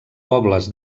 pobles